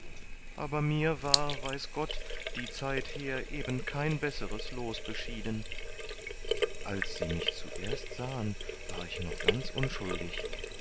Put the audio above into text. aber mir war weiß gott die zeit her eben kein besseres loos beschieden als sie mich zuerst sahen war ich noch ganz unschuldig